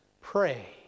Pray